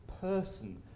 person